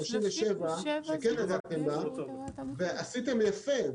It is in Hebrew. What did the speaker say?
37 שכן נגעתם בה ועשיתם יפה.